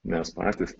mes patys